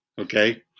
okay